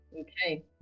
okay